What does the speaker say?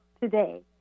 today